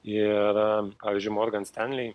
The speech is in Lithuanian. ir pavyzdžiui morgan stanley